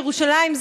ירושלים,